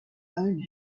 own